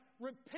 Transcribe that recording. repent